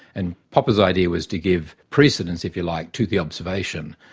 and popper's idea was to give precedence, if you like, to the observation.